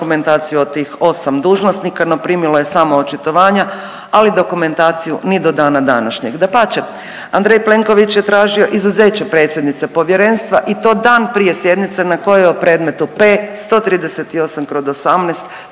dokumentaciju od tih 8 dužnosnika, no primilo je samo očitovanja, ali dokumentaciju ni do dana današnjeg. Dapače, Andrej Plenković je tražio izuzeće predsjednice povjerenstva i to dan prije sjednice na kojoj je o predmetu P-138/18